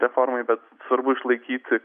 reformai bet svarbu išlaikyti